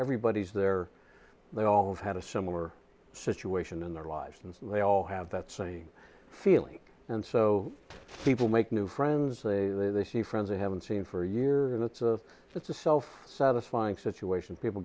everybody's there they all had a similar situation in their lives and they all have that same feeling and so people make new friends say they see friends they haven't seen for years and it's a it's a self satisfying situation people